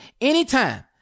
anytime